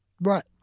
Right